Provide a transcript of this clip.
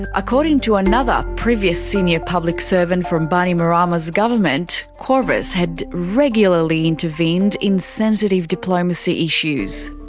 and according to another previous senior public servant from bainimarama's government, qorvis had regularly intervened in sensitive diplomacy issues.